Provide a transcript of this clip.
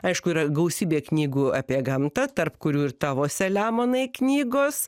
aišku yra gausybė knygų apie gamtą tarp kurių ir tavo selemonai knygos